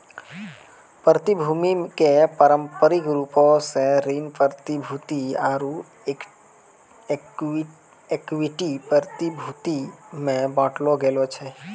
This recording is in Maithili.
प्रतिभूति के पारंपरिक रूपो से ऋण प्रतिभूति आरु इक्विटी प्रतिभूति मे बांटलो गेलो छै